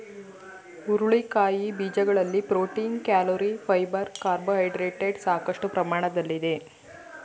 ಹುರುಳಿಕಾಯಿ ಬೀಜಗಳಲ್ಲಿ protein, calorie, fibre carbohydrates ಸಾಕಷ್ಟು ಪ್ರಮಾಣದಲ್ಲಿದೆ